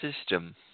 system